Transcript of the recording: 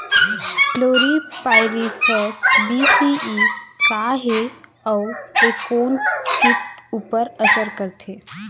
Chlorpyrifos बीस CE का हे अऊ ए कोन किट ऊपर असर करथे?